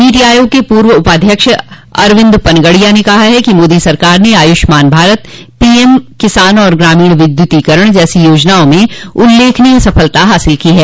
नीति आयोग के पूर्व उपाध्यक्ष अरविंद पनगडिया ने कहा है कि मोदी सरकार ने आयुष्मान भारत पीएम किसान और ग्रामीण विद्युतोकरण जैसी योजनाओं में उल्लेखनीय सफलता हासिल की है